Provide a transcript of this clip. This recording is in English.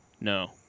No